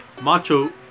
macho